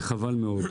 וחבל מאוד.